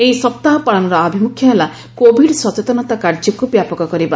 ଏହି ସପ୍ତାହ ପାଳନର ଆଭିମୁଖ୍ୟ ହେଲା କୋଭିଡ଼୍ ସଚେତନତା କାର୍ଯ୍ୟକୁ ବ୍ୟାପକ କରିବା